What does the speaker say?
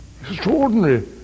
Extraordinary